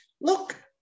look